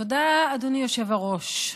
תודה, אדוני היושב-ראש.